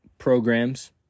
programs